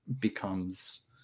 becomes